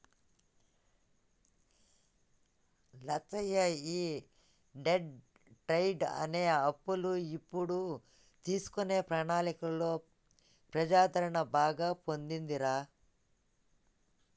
లచ్చయ్య ఈ debt diet అనే అప్పులు ఇచ్చుడు తీసుకునే ప్రణాళికలో ప్రజాదరణ బాగా పొందిందిరా